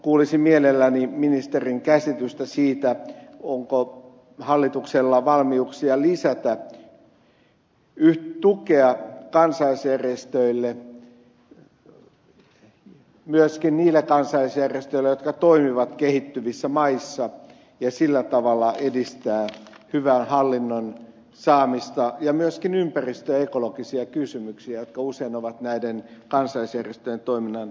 kuulisin mielelläni ministerin käsitystä siitä onko hallituksella valmiuksia lisätä tukea kansalaisjärjestöille myöskin niille kansalaisjärjestöille jotka toimivat kehittyvissä maissa ja sillä tavalla edistää hyvän hallinnon saamista ja myöskin ympäristö ja ekologisia kysymyksiä jotka usein ovat näiden kansalaisjärjestöjen toiminnan kentässä